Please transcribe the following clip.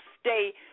stay